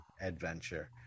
adventure